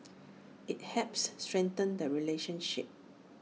IT helps strengthen the relationship